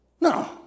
No